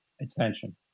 attention